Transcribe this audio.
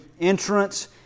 entrance